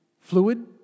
fluid